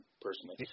personally